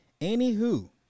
anywho